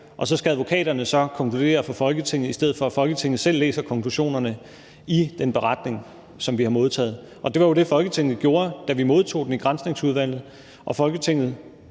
og så skal advokaterne konkludere for Folketinget, i stedet for at Folketinget selv læser konklusionerne i den beretning, som vi har modtaget. Det var jo det, Folketinget gjorde, da vi modtog den i Granskningsudvalget, og Folketinget